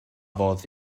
fodd